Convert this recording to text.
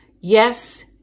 yes